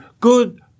good